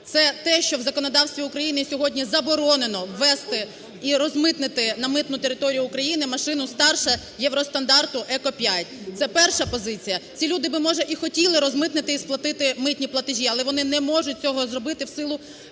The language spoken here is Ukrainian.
Це те, що в законодавстві України сьогодні заборонено ввезти і розмитнити на митну територію України машину старшеєвростандарту "еко-5". Це перша позиція. Ці люди, може, і хотіли б розмитнити і сплатити митні платежі, але вони не можуть цього зробити в силу